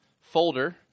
folder